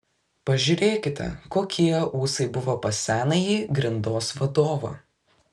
pažiūrėkite kokie ūsai buvo pas senąjį grindos vadovą